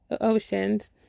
oceans